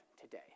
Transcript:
today